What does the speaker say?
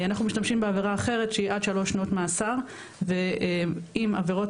אנחנו משתמשים בעבירה אחרת שהיא עד שלוש שנות מאסר ואם עבירות